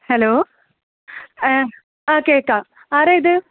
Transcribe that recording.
hello ഏ ആ കേൾക്കാം ആരാണ് ഇത്